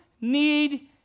need